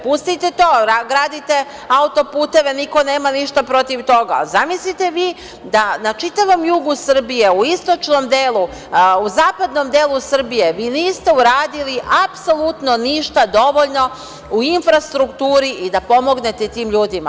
Pustite to, gradite auto-puteve, niko nema ništa protiv toga, ali zamislite vi da na čitavom jugu Srbije u istočnom delu, u zapadnom delu Srbije, vi niste uradili apsolutno ništa dovoljno u infrastrukturi i da pomognete tim ljudima.